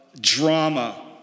drama